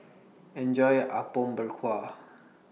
Enjoy your Apom Berkuah